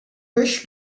beş